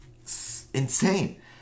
insane